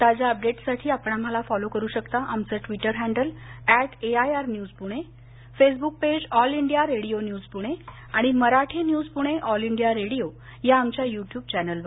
ताज्या अपडेट्ससाठी आपण आम्हाला फॉलो करू शकता आमचं Twitter handle at AIR news Pune Facebook page All India Radio news Pune आणि Marathi news Pune All India Radio या आमच्या युट्युब चॅनेलवर